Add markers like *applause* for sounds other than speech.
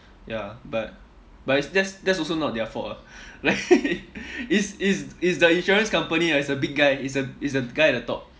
ya but but it that's that's also not their fault ah like *laughs* it's it's it's the insurance company ah it's the big guy it's the it's the guy at the top